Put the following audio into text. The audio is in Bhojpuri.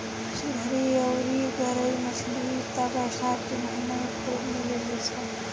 सिधरी अउरी गरई मछली त बरसात के महिना में खूब मिलेली सन